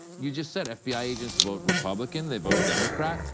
you just said fbi agents vote republican, they vote democrat.